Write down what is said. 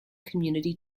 community